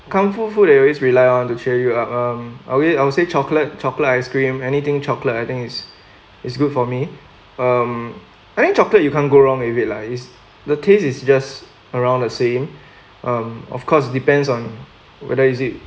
comfort food that you always rely on to cheer you up um okay I would say chocolate chocolate ice cream anything chocolate I think is is good for me um I think chocolate you can't go wrong with it lah is the taste is just around the same um of course depends on whether is it